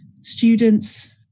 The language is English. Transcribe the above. students